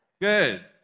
good